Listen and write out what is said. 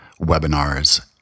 webinars